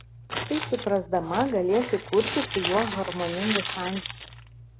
tai suprasdama galėsi kurti su juo harmoningus santykius